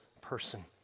person